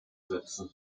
setzen